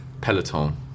peloton